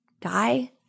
die